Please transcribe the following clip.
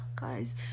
guys